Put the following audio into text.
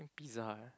pizza eh